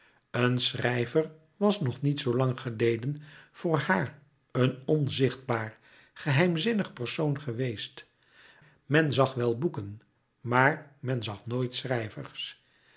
een schrijver was nog niet zoo lang geleden voor haar een onzichtbaar geheimzinnig persoon geweest men zag wel boeken maar men zag nooit schrijvers